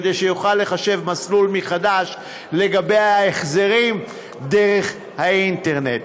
כדי שיוכל לחשב מסלול מחדש לגבי ההחזרים דרך האינטרנט.